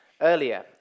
earlier